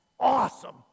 awesome